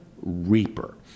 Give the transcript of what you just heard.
Reaper